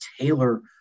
tailor